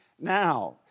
now